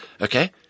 Okay